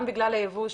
גם בגלל היבוא,